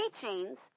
teachings